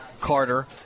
Carter